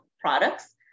products